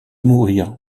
mourir